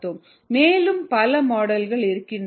𝑟𝑝 𝛼 𝑟𝑥 𝛽 𝑥 மேலும் பல மாடல்கள் இருக்கின்றன